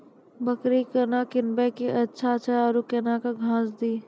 बकरी केना कीनब केअचछ छ औरू के न घास दी?